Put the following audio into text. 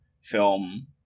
film